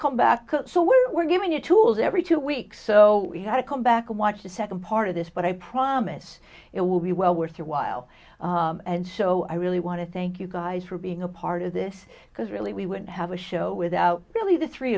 come back so we're given your tools every two weeks so so we have to come back and watch the second part of this but i promise it will be well worth your while and so i really want to thank you guys for being a part of this because really we wouldn't have a show without really the three